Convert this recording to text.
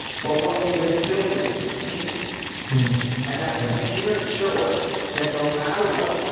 but what you just built as a container and that container insurers that no matter what,